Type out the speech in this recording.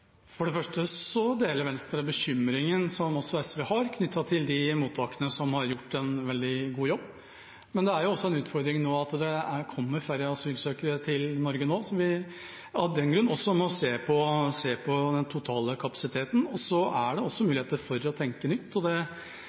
For det første deler Venstre bekymringen som SV har, knyttet til de mottakene som har gjort en veldig god jobb. Men det er også en utfordring at det nå kommer færre asylsøkere til Norge. Av den grunn må vi også se på den totale kapasiteten. Så er det også muligheter for å tenke nytt. Da vi tok imot så mange i 2015, ga det oss noen nye aha-opplevelser, bl.a. knyttet til teknologi og